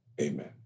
amen